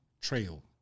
trail